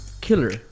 killer